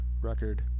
record